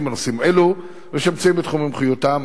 בנושאים אלו ושמצויים בתחום מומחיותם.